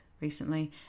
recently